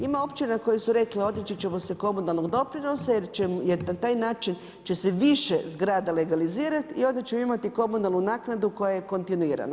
Ima općina koje su rekle odreći ćemo se komunalnog doprinosa jer na taj način će se više zgrada legalizirati i onda ćemo imati komunalnu naknadu koja je kontinuirano.